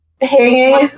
hanging